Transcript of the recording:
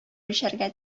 эчәргә